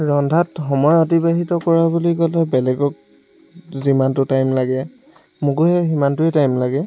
ৰন্ধাত সময় অতিবাহিত কৰা বুলি ক'লে বেলেগক যিমানতো টাইম লাগে মোকো সেই সিমানটোৱেই টাইম লাগে